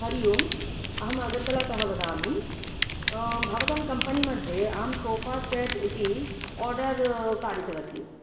हरि ओम् अहम् अगर्तलातः वदामि भवतां कम्पनि मध्ये अहं सोफ़ा सेट् इति आर्डर् कारितवती